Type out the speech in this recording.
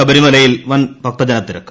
ശബരിമലയിൽ വൻ ഭക്തജനത്തിരക്ക്